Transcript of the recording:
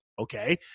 Okay